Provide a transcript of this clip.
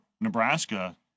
Nebraska